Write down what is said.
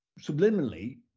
subliminally